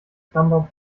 stammbaum